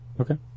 Okay